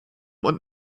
und